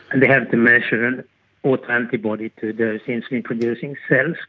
and they have to measure and autoantibody to those insulin producing cells.